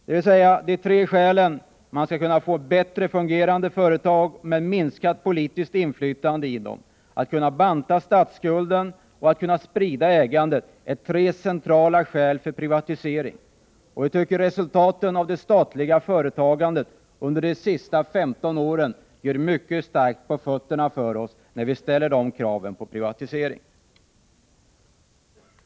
Dessa tre skäl — att få bättre fungerande företag med minskat politiskt inflytande, att banta statsskulden och att sprida ägande — är tre centrala argument för privatisering. Vi anser att resultaten för det statliga företagandet under de senaste 15 åren gör att vi har mycket bra på fötterna när vi ställer kraven på privatisering.